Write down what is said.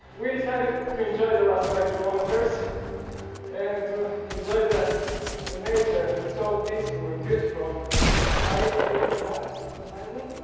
we decided to enjoy the last five kilometers and to ah enjoy the the nature and it's so peaceful and beautiful i there's a guy behind me,